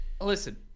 Listen